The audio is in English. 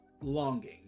longing